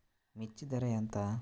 మిర్చి ధర ఎంత?